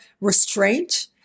restraint